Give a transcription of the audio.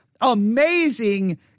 amazing